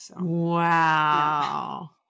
Wow